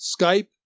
Skype